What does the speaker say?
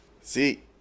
See